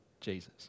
Jesus